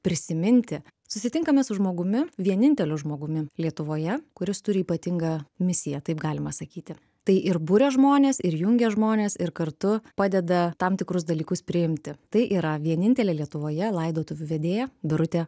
prisiminti susitinkame su žmogumi vieninteliu žmogumi lietuvoje kuris turi ypatingą misiją taip galima sakyti tai ir buria žmones ir jungia žmones ir kartu padeda tam tikrus dalykus priimti tai yra vienintelė lietuvoje laidotuvių vedėja birutė